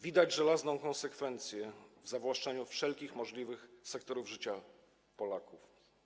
Widać żelazną konsekwencję w zawłaszczaniu wszelkich możliwych sektorów życia Polaków.